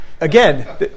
again